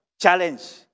challenge